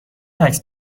عکس